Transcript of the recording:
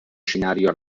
scenario